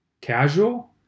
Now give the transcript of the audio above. casual